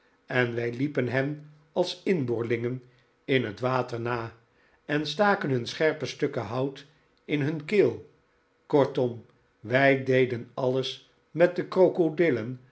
en wij liepen hen als inboorlingen in het water na en staken hun scherpe stukken hout in hun keel kortom wij deden alles met de krokodillen